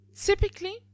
typically